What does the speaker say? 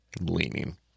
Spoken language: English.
leaning